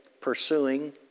pursuing